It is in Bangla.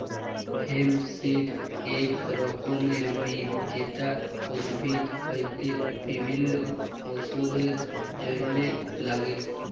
হেম্প সিড এক রকমের বীজ যেটা উদ্ভিদ হইতে বিভিল্য ওষুধের জলহে লাগ্যে